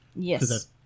Yes